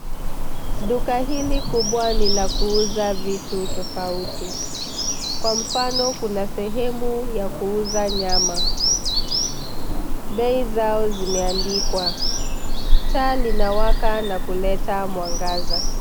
Duka hili kubwa ni la kuuza vitu tofauti, kwa mfano kuna sehemu ya kuuza nyama, bei zao zimeandikwa taa linawaka na kuleta mwangaza.